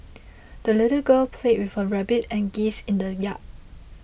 the little girl played with her rabbit and geese in the yard